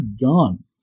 gone